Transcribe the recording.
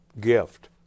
gift